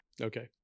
Okay